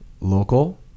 local